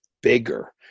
bigger